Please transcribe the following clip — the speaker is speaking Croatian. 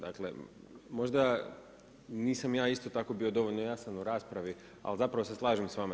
Dakle, možda nisam ja isto tako bio dovoljno jasan u raspravi ali zapravo se slažem s vama.